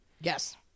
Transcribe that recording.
Yes